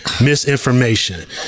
misinformation